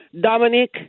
Dominic